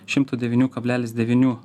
šimto devynių kablelis devynių